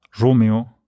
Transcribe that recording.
Romeo